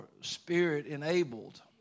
Spirit-enabled